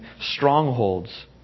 strongholds